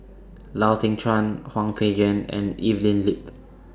Lau Teng Chuan Hwang Peng Yuan and Evelyn Lip